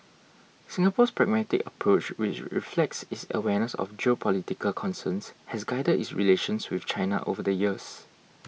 Singapore's pragmatic approach which reflects its awareness of geopolitical concerns has guided its relations with China over the years